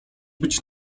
być